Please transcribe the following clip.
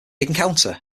encounter